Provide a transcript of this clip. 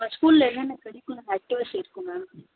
உங்கள் ஸ்கூலில் என்னென்ன கரிக்குலர் ஆக்டிவிட்டி இருக்கு மேம்